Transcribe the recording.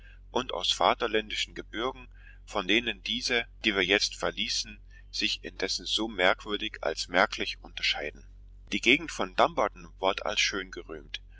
und aus vaterländischen gebirgen von denen diese die wir jetzt verließen sich indessen so merkwürdig als merklich unterscheiden die gegend von dumbarton ward als schön gerühmt